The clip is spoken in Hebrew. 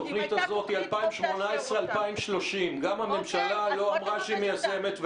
התוכנית הזאת היא 2030-2018. גם הממשלה לא אמרה שהיא מיישמת.